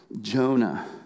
Jonah